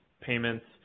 payments